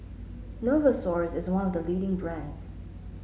Novosource is one of the leading brands